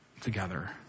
together